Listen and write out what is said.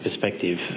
perspective